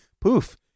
poof